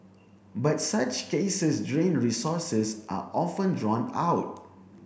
but such cases drain resources are often drawn out